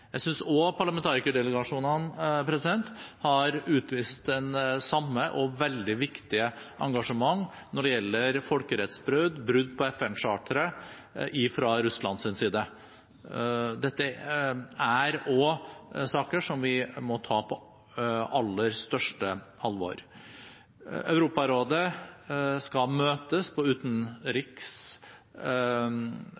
Jeg synes parlamentarikerdelegasjonene har utvist det samme, veldig viktige, engasjementet også når det gjelder folkerettsbrudd og brudd på FN-charteret fra Russlands side. Dette er også saker som vi må ta på aller største alvor. Europarådet skal møtes på